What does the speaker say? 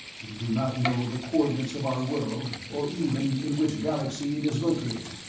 you do not know the coordinates of our world, or even in which galaxy it is located.